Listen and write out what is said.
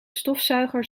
stofzuiger